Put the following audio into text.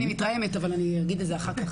אני מתרעמת, אבל אני אגיד את זה אחר-כך.